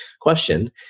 question